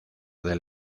del